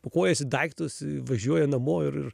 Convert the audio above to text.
pakuojasi daiktus važiuoja namo ir